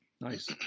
Nice